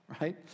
right